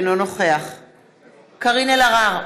אינו נוכח קארין אלהרר,